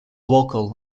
vocal